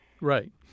Right